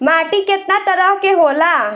माटी केतना तरह के होला?